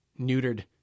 Neutered